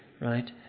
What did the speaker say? right